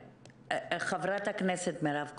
חברת הכנסת מירב כהן.